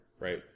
right